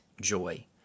joy